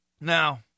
Now